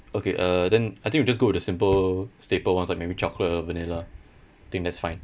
okay uh then I think we just go with the simple staple ones like maybe chocolate or vanilla I think that's fine